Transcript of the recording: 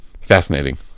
fascinating